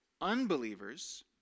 unbelievers